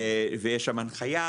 ויש שם הנחייה.